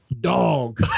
Dog